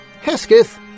Hesketh